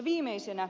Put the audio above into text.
viimeisenä